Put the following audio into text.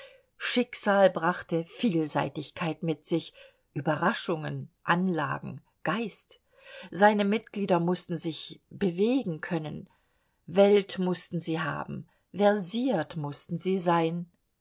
schicksal brachte vielseitigkeit mit sich überraschungen anlagen geist seine mitglieder mußten sich bewegen können welt mußten sie haben versiert mußten sie sein